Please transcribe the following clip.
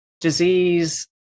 disease